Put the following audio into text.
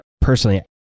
personally